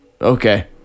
okay